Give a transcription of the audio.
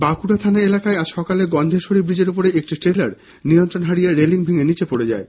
বাঁকুড়া থানা এলাকায় আজ সকালে গন্ধেশ্বরী ব্রীজের ওপরে একটি ট্রেলার নিয়ন্ত্রণ হারিয়ে রেলিং ভেঙ্গে নীচে পড়ে যায়